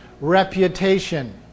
reputation